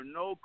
no